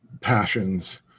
passions